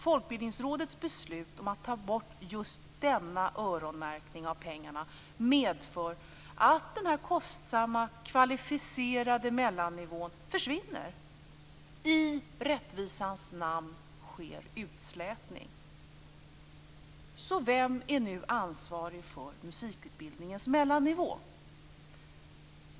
Folkbildningsrådets beslut att ta bort just denna öronmärkning av pengarna medför att den kostsamma kvalificerade mellannivån försvinner. I rättvisans namn sker utslätning. Så vem är nu ansvarig för musikutbildningens mellannivå?